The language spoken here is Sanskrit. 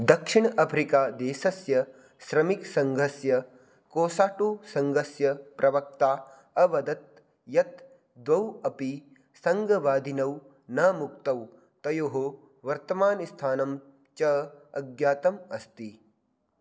दक्षिण अफ्रिकादेशस्य श्रमिकः सङ्घस्य कोसाटुसङ्घस्य प्रवक्ता अवदत् यत् द्वौ अपि सङ्घवादिनौ न मुक्तौ तयोः वर्तमानस्थानं च अज्ञातम् अस्ति